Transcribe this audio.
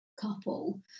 couple